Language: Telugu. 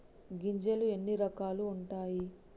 గింజలు ఎన్ని రకాలు ఉంటాయి?